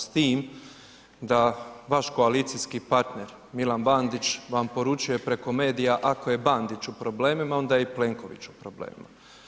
S tim da vaš koalicijski partner, Milan Bandić, vam područje preko medija, ako je Bandić u problemima, onda je i Plenković u problemima.